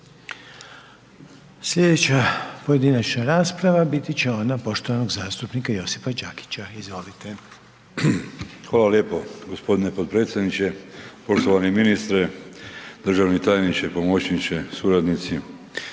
Slijedeća pojedinačna rasprava biti će ona poštovanog zastupnika Josipa Đakića, izvolite. **Đakić, Josip (HDZ)** Hvala lijepo gospodine potpredsjedniče, poštovani ministre, državni tajniče, pomoćniče, suradnici,